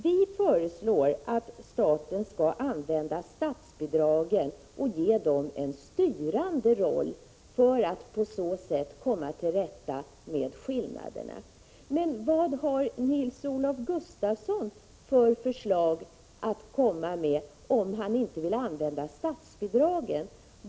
Vi föreslår att staten skall ge statsbidraget en styrande roll för att på så sätt komma till rätta med skillnaderna. Men vad har Nils-Olof Gustafsson för förslag att komma med, om han inte vill använda statsbidragen?